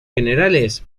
generales